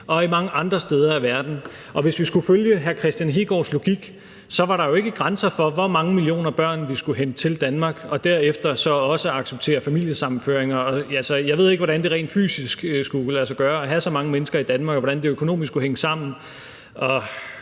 og mange andre steder i verden, og hvis vi skulle følge hr. Kristian Hegaards logik, var der jo ikke grænser for, hvor mange millioner børn vi skulle hente til Danmark og derefter så også acceptere familiesammenføring for. Jeg ved ikke, hvordan det rent fysisk skulle kunne lade sig gøre at have så mange mennesker i Danmark, og hvordan det økonomisk skulle hænge sammen,